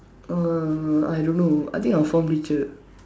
uh I don't know I think our form teacher